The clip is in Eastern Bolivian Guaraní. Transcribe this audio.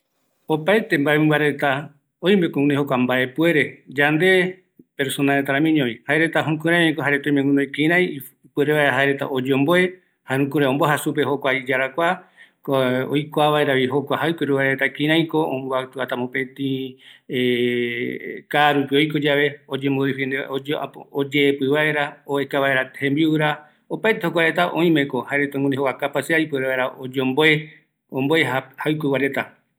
Ooaete mbae mɨmba reta oimeko guinoi jokua mbaepuere, yande reta ramiñovi, jaereta oimeko guinoi kïraï oyomboe, omboaja supe iyarakua, oikua vaeravi jokua jaɨkueguareta, kïraïko oikuata kaarupi oiko yave, oyeepɨ vaera, oesa vaera jembiura, opaete jaereta oimeko guinoi jokua mbae puere oyomboe vaera, jaɨkuegua reata peguara